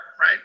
right